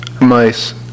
mice